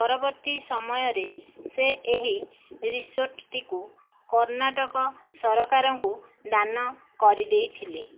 ପରବର୍ତ୍ତୀ ସମୟରେ ସେ ଏହି ରିସୋର୍ଟ୍ଟିକୁ କର୍ଣ୍ଣାଟକ ସରକାରଙ୍କୁ ଦାନ କରିଦେଇଥିଲେ